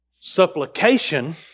Supplication